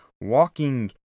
walking